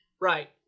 Right